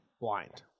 Blind